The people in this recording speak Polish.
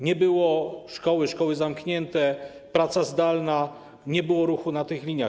Nie było szkoły, szkoły zamknięte, praca zdalna, nie było ruchu na tych liniach.